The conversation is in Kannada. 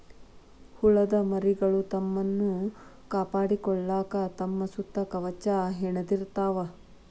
ಹುಳದ ಮರಿಗಳು ತಮ್ಮನ್ನ ಕಾಪಾಡಕೊಳಾಕ ತಮ್ಮ ಸುತ್ತ ಕವಚಾ ಹೆಣದಿರತಾವ